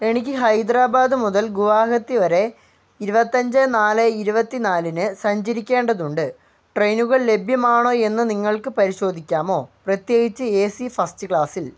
എനിക്ക് ഹൈദരാബാദ് മുതൽ ഗുവാഹത്തി വരെ ഇരുപത്തി അഞ്ച് നാല് ഇരുപത്തി നാലിന് സഞ്ചരിക്കേണ്ടതുണ്ട് ട്രെയിനുകൾ ലഭ്യമാണോ എന്ന് നിങ്ങൾക്ക് പരിശോധിക്കാമോ പ്രത്യേകിച്ച് എ സി ഫസ്റ്റ് ക്ലാസ്സിൽ